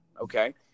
Okay